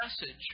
message